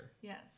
yes